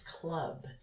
club